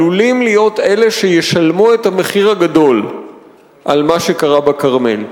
עלולים להיות אלה שישלמו את המחיר הגדול על מה שקרה בכרמל,